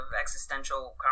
existential